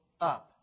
up